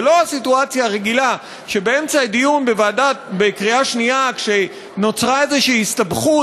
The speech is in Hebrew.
זו לא הסיטואציה הרגילה שבאמצע הדיון בקריאה שנייה נוצרה איזו הסתבכות